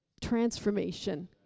Transformation